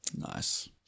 Nice